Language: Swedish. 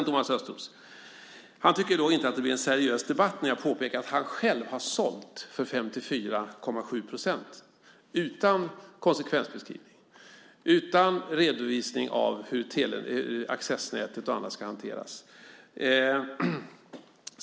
Thomas Östros tycker inte att det blir en seriös debatt när jag påpekar att han själv har sålt 54,7 procent utan konsekvensbeskrivning och utan redovisning av hur accessnätet och annat ska hanteras.